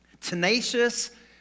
Tenacious